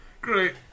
Great